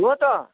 हो त